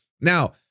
Now